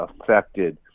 affected